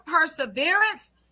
perseverance